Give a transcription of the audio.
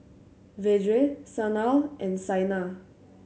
Vedre Sanal and Saina